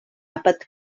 àpat